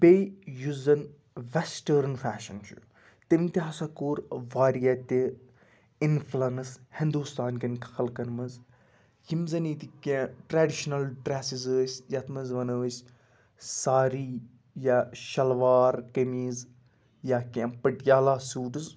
بیٚیہِ یُس زَن ویٚسٹٲرٕن فیشَن چھُ تیٚم تہِ ہَسا کوٚر واریاہ تہِ اِنفلَنٕس ہِندوستان کیٚن خلقَن منٛز یِم زَن ییٚتہِ کینٛہہ ٹرٛیڈِشنَل ڈرٛیٚسِز ٲسۍ یَتھ منٛز وَنو أسۍ ساری یا شَلوار قمیٖض یا کینٛہہ پٔٹیالا سوٗٹٕز